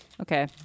Okay